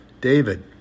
David